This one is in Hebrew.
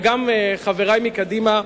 וגם חברי מקדימה,